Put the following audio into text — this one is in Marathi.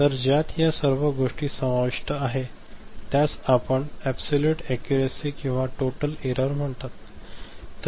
तर ज्यात या सर्व गोष्टी समाविष्ट आहेत त्यास आपण अबसोल्यूट ऍकुरसी किंवा टोटल एरर म्हणतात